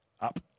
up